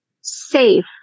safe